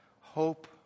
hope